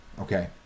Okay